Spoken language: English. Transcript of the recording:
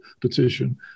petition